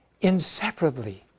inseparably